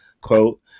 quote